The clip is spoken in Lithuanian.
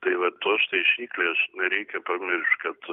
tai vat tos taisyklės nereikia pamiršt kad